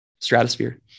stratosphere